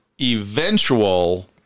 eventual